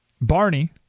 Barney